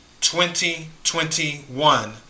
2021